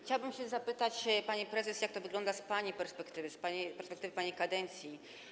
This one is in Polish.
Chciałabym zapytać, pani prezes, jak to wygląda z pani perspektywy, z perspektywy pani kadencji.